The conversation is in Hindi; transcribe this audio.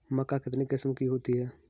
मक्का कितने किस्म की होती है?